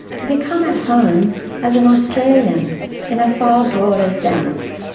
to become at home as an australian in a far broader sense.